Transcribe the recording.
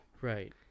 right